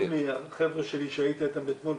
החבר'ה שלי שהייתי איתם אתמול,